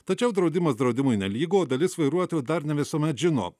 tačiau draudimas draudimui nelygu o dalis vairuotojų dar ne visuomet žino